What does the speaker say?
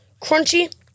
crunchy